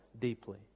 deeply